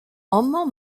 amañ